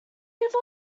voyaged